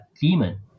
demon